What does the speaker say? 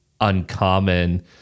uncommon